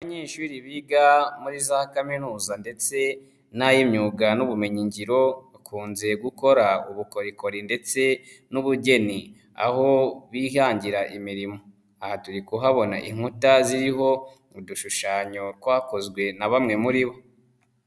Abanyeshuri biga muri za kaminuza ndetse n'ay'imyuga n'ubumenyingiro, bakunze gukora ubukorikori ndetse n'ubugeni, aho bihangira imirimo. Aha turi kuhabona inkuta ziriho udushushanyo twakozwe na bamwe muribo.